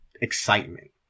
excitement